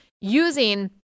using